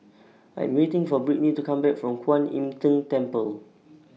I Am waiting For Brittni to Come Back from Kwan Im Tng Temple